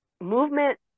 movement